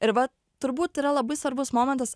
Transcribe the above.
ir va turbūt yra labai svarbus momentas